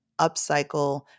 upcycle